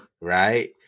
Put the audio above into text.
Right